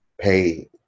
pay